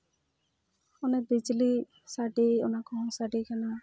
ᱚᱱᱮ ᱵᱤᱡᱽᱞᱤ ᱥᱟᱰᱮ ᱚᱱᱟ ᱠᱚᱦᱚᱸ ᱥᱟᱰᱮ ᱠᱟᱱᱟ